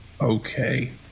okay